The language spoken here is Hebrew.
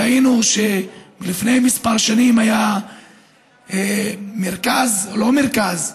ראינו שלפני כמה שנים היה מרכז, לא מרכז,